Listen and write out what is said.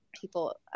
people